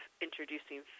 introducing